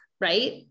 right